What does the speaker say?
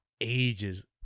ages